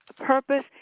purpose